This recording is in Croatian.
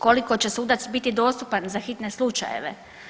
Koliko će sudac biti dostupan za hitne slučajeve?